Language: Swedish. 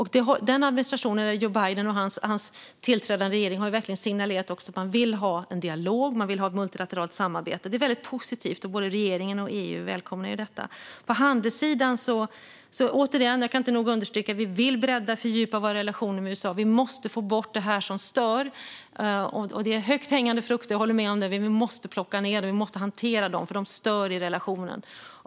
Joe Biden och hans tillträdande regering har verkligen signalerat att man vill ha en dialog. Man vill ha multilateralt samarbete. Det är väldigt positivt, och både regeringen och EU välkomnar detta. På handelssidan kan jag inte nog understryka att vi vill bredda och fördjupa våra relationer med USA. Vi måste få bort det som stör. Det är högt hängande frukt - det håller jag med om - men vi måste plocka ned den och hantera dessa frågor, för de stör relationen.